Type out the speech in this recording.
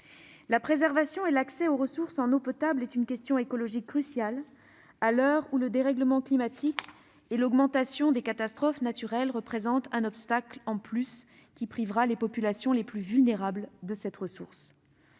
La préservation et l'accès aux ressources en eau potable sont des questions écologiques cruciales, à l'heure où le dérèglement climatique et l'augmentation des catastrophes naturelles représentent un obstacle en plus qui privera les populations les plus vulnérables de cette ressource.